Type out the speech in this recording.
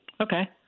Okay